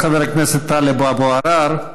חבר הכנסת טלב אבו עראר,